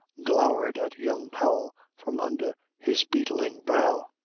glowered at young powell from under his beetling brow.